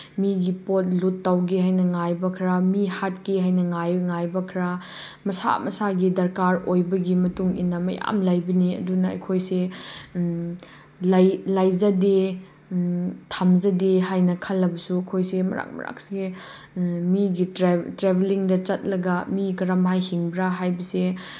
ꯃꯤꯒꯤ ꯄꯣꯠ ꯂꯨꯠ ꯇꯧꯒꯦ ꯍꯥꯏꯅ ꯉꯥꯏꯕ ꯈꯔ ꯃꯤ ꯍꯥꯠꯀꯦ ꯍꯥꯏꯅ ꯉꯥꯏꯕ ꯈꯔ ꯃꯁꯥ ꯃꯁꯥꯒꯤ ꯗꯔꯀꯥꯔ ꯑꯣꯏꯕꯒꯤ ꯃꯇꯨꯡꯏꯟꯅ ꯃꯌꯥꯝ ꯂꯩꯕꯅꯤ ꯑꯗꯨꯅ ꯑꯩꯈꯣꯏꯁꯦ ꯂꯩꯖꯗꯦ ꯊꯝꯖꯗꯦ ꯍꯥꯏꯅ ꯈꯜꯂꯕꯁꯨ ꯑꯩꯈꯣꯏꯁꯦ ꯃꯔꯛ ꯃꯔꯛꯁꯦ ꯃꯤꯒꯤ ꯇ꯭ꯔꯦꯕꯦꯂꯤꯡꯗ ꯆꯠꯂꯒ ꯃꯤ ꯀꯔꯝꯍꯥꯏ ꯍꯤꯡꯕ꯭ꯔꯥ ꯍꯥꯏꯕꯁꯦ